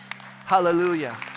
Hallelujah